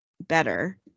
better